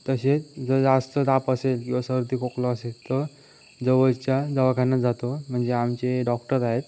तसेच जर जास्त ताप असेल किवा सर्दी खोकला असेल तर जवळच्या दवाखान्यात जातो म्हणजे आमचे डॉक्टर आहेत